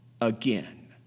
again